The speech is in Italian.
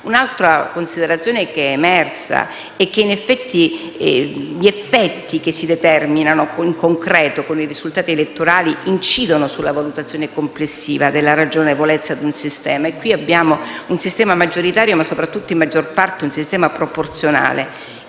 Un'altra considerazione emersa è che gli effetti che si determinano in concreto, con i risultati elettorali, incidono sulla valutazione complessiva della ragionevolezza di un sistema. E qui abbiamo un sistema maggioritario, ma soprattutto, in maggior parte, un sistema proporzionale;